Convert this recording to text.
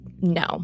No